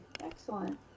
excellent